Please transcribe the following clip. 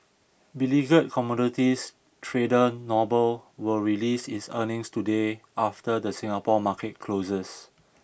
beleaguered commodities trader Noble will release its earnings today after the Singapore market closes